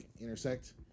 intersect